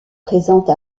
présente